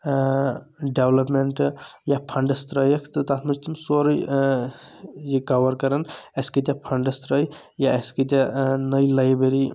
development یا funds ترأیِکھ تہٕ تَتھ منٛز چھ تِم سورٕے کوَر کران اَسہِ کۭتیاہ فنٛڈٔس ترأے یا اَسہِ کۭتیاہ نٔے لایبریری